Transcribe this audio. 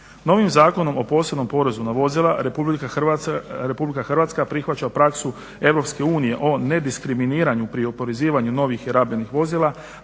Novim zakonom o posebnom porezu na vozila Republika Hrvatska prihvaća praksu Europske unije o nediskriminiranju pri oporezivanju novih i rabljenih vozila